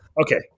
Okay